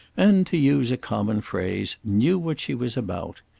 and, to use a common phrase, knew what she was about.